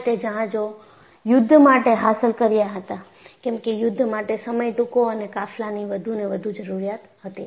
આ રીતે જહાજો યુધ્ધ માટે હાંસલ કર્યા હતા કેમકે યુદ્ધ માટે સમય ટૂંકો અને કાફલા ની વધુ ને વધુ જરૂરીયાત હતી